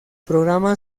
programa